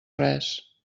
res